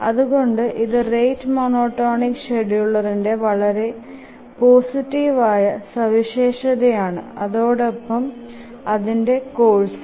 അതുകൊണ്ട് ഇതു rate monotonic ഷ്ഡ്യൂളിങ്ന്ടെ വളരെ പോസിറ്റീവ് ആയ സവിശേഷത ആണ് അതോടൊപ്പം അതിന്ടെ കോഴ്സ്ഉം